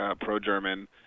pro-German